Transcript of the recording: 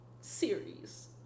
series